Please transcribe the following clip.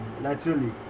naturally